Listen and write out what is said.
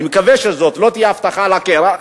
אני מקווה שזאת לא תהיה הבטחה על הקרח,